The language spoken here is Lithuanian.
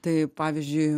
tai pavyzdžiui